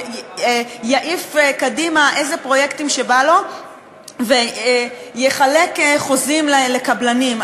יעיף קדימה איזה פרויקטים שבא לו ויחלק חוזים לקבלנים.